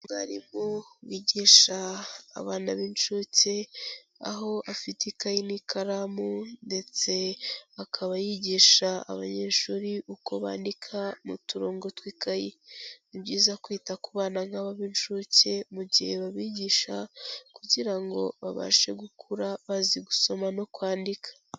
Umwarimu wigisha abana b'incuke, aho afite ikayi n'ikaramu ndetse akaba yigisha abanyeshuri uko bandika mu turongo tw'ikayi. Ni byiza kwita ku bana nk'aba b'incuke mu gihe babigisha kugira ngo babashe gukura bazi gusoma no kwandika.